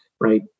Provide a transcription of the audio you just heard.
right